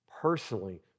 personally